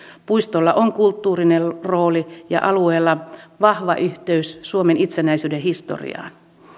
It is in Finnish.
puistolla on kulttuurinen rooli ja alueella vahva yhteys suomen itsenäisyyden historiaan